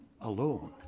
alone